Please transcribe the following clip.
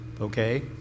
okay